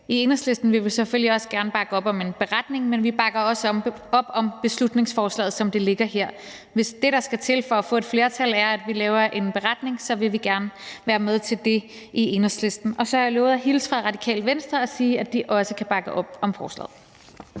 I Enhedslisten vil vi selvfølgelig gerne bakke op om en beretning, men vi bakker også op om beslutningsforslaget, som det ligger her. Hvis det, der skal til for at få et flertal, er, at vi laver en beretning, så vil vi gerne være med til det i Enhedslisten. Så har jeg lovet at hilse fra Radikale Venstre og sige, at de også kan bakke op om forslaget.